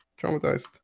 traumatized